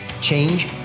Change